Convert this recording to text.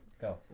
Go